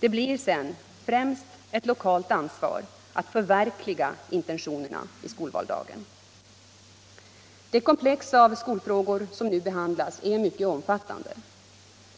Det blir sedan främst ett lokalt ansvar att förverkliga intentionerna i skolvardagen. Det komplex av skolfrågor som nu behandlas är mycket omfattande.